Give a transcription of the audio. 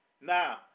Now